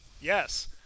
Yes